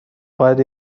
باید